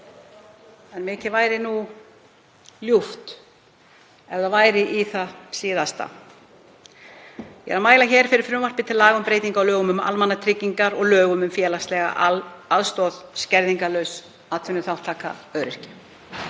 en mikið væri nú ljúft ef það væri í það síðasta. Ég mæli hér fyrir frumvarpi til laga um breytingu á lögum um almannatryggingar og lögum um félagslega aðstoð (skerðingarlaus atvinnuþátttaka öryrkja).